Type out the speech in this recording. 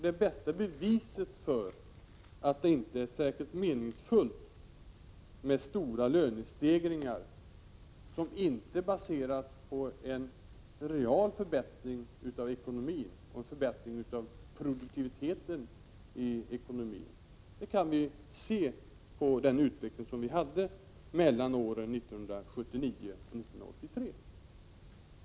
Det bästa beviset för att det inte är särskilt meningsfullt med stora lönestegringar som inte baseras på en reell förbättring av ekonomin och en förbättring av produktiviteten i ekonomin är den utveckling som vi hade mellan åren 1979 och 1983.